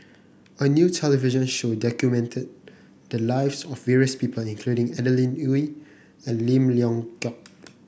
a new television show documented the lives of various people including Adeline Ooi and Lim Leong Geok